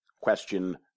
Question